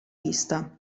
vista